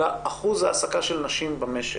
אלא אחוז ההעסקה של נשים במשק.